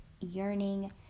yearning